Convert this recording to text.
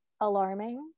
alarming